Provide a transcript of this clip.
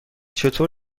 چطور